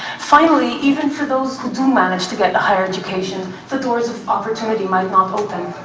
finally, even for those who do manage to get a higher education, the doors of opportunity might not open.